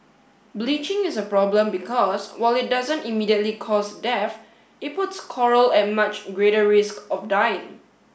bleaching is a problem because while it doesn't immediately cause death it puts coral at much greater risk of dying